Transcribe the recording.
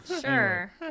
Sure